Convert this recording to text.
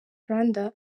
rwanda